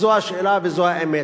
זו השאלה וזו האמת.